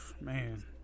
man